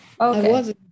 okay